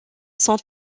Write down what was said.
son